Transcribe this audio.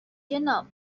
جناب